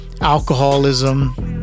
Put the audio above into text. Alcoholism